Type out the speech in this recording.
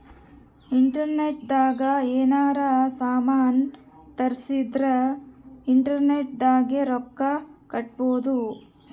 internet ದಾಗ ಯೆನಾರ ಸಾಮನ್ ತರ್ಸಿದರ ಇಂಟರ್ನೆಟ್ ದಾಗೆ ರೊಕ್ಕ ಕಟ್ಬೋದು